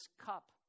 cup